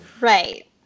right